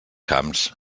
camps